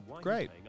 Great